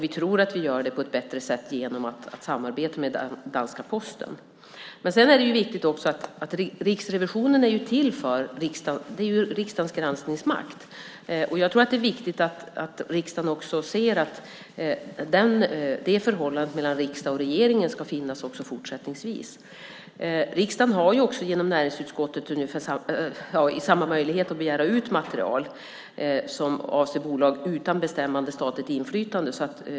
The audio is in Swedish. Vi tror att vi gör det på ett bättre sätt genom att samarbeta med den danska posten. Riksrevisionen är till för riksdagen. Det är riksdagens granskningsmakt. Det är viktigt att riksdagen också ser till att det förhållandet mellan riksdagen och regeringen ska finnas också fortsättningsvis. Riksdagen har också genom näringsutskottet samma möjlighet att begära ut material som avser bolag utan bestämmande statligt inflytande.